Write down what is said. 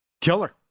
Killer